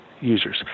users